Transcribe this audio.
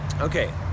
Okay